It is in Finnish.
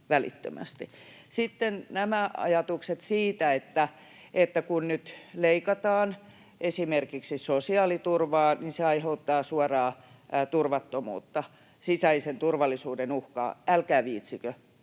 Sitten nämä ajatukset siitä, että kun nyt leikataan esimerkiksi sosiaaliturvaa, niin se aiheuttaa suoraan turvattomuutta, sisäisen turvallisuuden uhkaa: Älkää viitsikö.